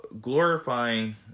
glorifying